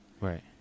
right